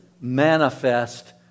manifest